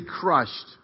crushed